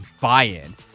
buy-in